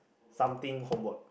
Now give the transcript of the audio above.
something homework